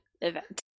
event